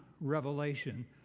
revelation